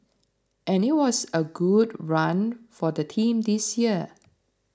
and it was a good run for the team this year